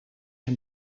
een